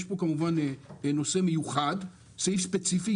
יש פה כמובן נושא מיוחד, סעיף ספציפי.